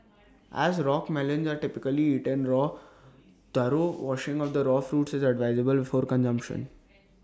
as rock melons are typically eaten raw thorough washing of the raw fruits is advisable before consumption